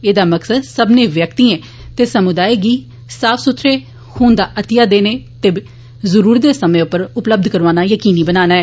एह्दा मकसद सब्मनें व्यक्तियें ते समुदाय गी साफ सुथरे खून दा अतिया देने ते जरूरत दे समें उप्पर उपलब्ध करोआना यकीनी बनाना ऐ